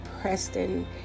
Preston